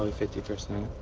ah fifty percent.